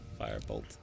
firebolt